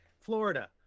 Florida